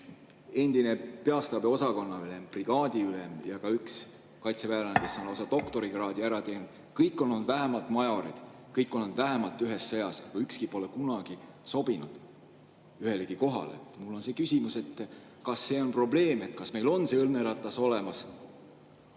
endine peastaabi osakonnaülem, brigaadiülem ja ka üks kaitseväelane, kes on lausa doktorikraadi välja teeninud. Kõik on olnud vähemalt majorid, kõik on olnud vähemalt ühes sõjas, aga ükski pole kunagi sobinud ühelegi kohale. Mul on küsimus: kas see on probleem? Kas meil on see õnneratas olemas?